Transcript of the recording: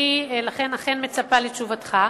אני אכן מצפה לתשובתך,